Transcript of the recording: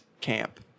camp